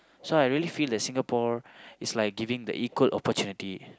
so I really feel like Singapore is like giving the equal opportunity